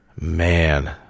man